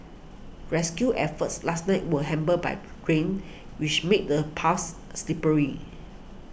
rescue efforts last night were hampered by green which made the paths slippery